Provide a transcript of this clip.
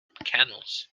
canals